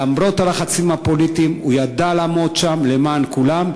למרות הלחצים הפוליטיים הוא ידע לעמוד שם למען כולם,